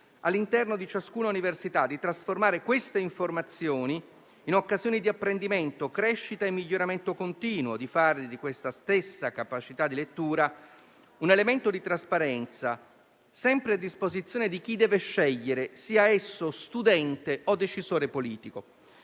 all'interno di ciascuna università; di trasformare queste informazioni in occasioni di apprendimento, di crescita e di miglioramento continuo; di fare di questa stessa capacità di lettura un elemento di trasparenza sempre a disposizione di chi deve scegliere, sia esso studente o decisore politico».